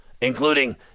including